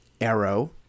Arrow